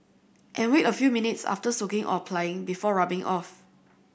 and wait a few minutes after soaking or applying before rubbing off